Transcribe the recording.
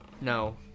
No